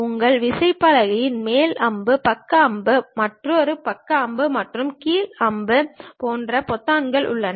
உங்கள் விசைப்பலகையில் மேல் அம்பு பக்க அம்பு மற்றொரு பக்க அம்பு மற்றும் கீழ் அம்பு போன்ற பொத்தான்கள் உள்ளன